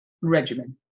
regimen